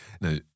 Now